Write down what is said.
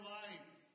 life